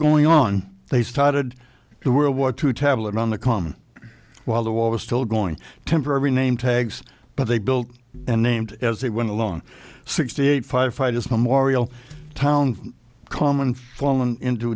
going on they started the world war two tablet on the common while the war was still going temporary name tags but they built and named as they went along sixty eight firefighters memorial town common fallen into